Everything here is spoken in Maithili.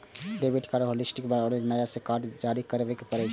डेबिट कार्ड हॉटलिस्ट भेला पर फेर सं नया कार्ड जारी करबे पड़ै छै